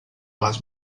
les